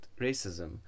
racism